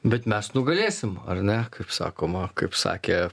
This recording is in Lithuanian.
bet mes nugalėsim ar ne kaip sakoma kaip sakė